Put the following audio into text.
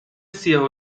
سیاه